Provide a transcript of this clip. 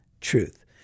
truth